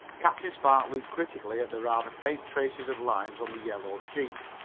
captain spark looked critically at the rather faint tracing of lines on the yellow sheet.